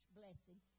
blessing